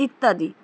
ইত্যাদি